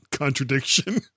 Contradiction